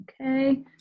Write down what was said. Okay